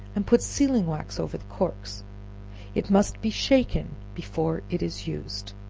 and put sealing wax over the corks it must be shaken before it is used.